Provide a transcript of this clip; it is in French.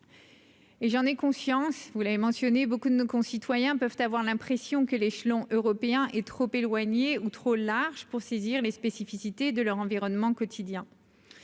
Et j'en ai conscience vous l'avez mentionné, beaucoup de nos concitoyens peuvent avoir l'impression que l'échelon européen est trop éloignée ou trop large pour saisir les spécificités de leur environnement quotidien